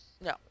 no